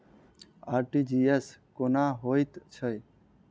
RTGS कोना होइत छै?